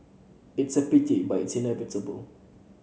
it is a pity but it's inevitable